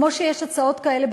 כמו הצעות כאלה,